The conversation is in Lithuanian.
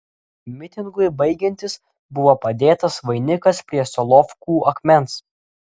mitingui baigiantis buvo padėtas vainikas prie solovkų akmens